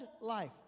life